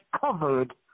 covered